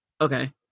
Okay